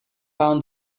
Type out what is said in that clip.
found